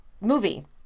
movie